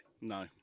No